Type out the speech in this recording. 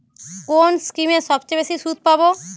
কোন স্কিমে সবচেয়ে বেশি সুদ পাব?